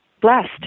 blessed